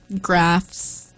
graphs